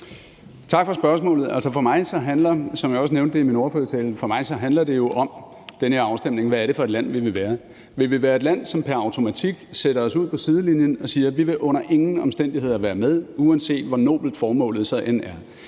min ordførertale, handler den her afstemning for mig jo om, hvad det er for et land, vi vil være. Vil vi være et land, som pr. automatik sætter os ud på sidelinjen og siger, at vi under ingen omstændigheder vil være med, uanset hvor nobelt formålet så end er,